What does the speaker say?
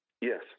Yes